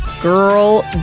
Girl